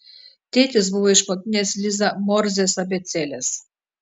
tėtis buvo išmokinęs lizą morzės abėcėlės